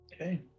Okay